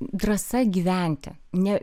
drąsa gyventi ne